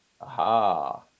Aha